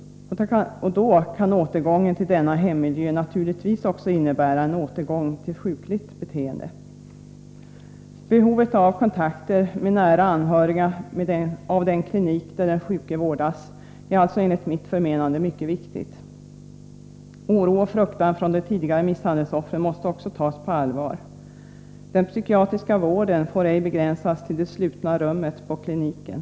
Då kan återgången till denna hemmiljö naturligtvis också innebära en återgång till sjukligt beteende. Kontakter mellan nära anhöriga och den klinik där den sjuke vårdas är därför enligt mitt förmenande mycket viktiga. Oro och fruktan hos de tidigare misshandelsoffren måste också tas på allvar. Den psykiatriska vården får ej begränsas till det slutna rummet på kliniken.